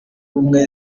ubumwe